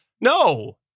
No